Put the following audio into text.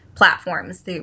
platforms